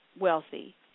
wealthy